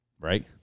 Right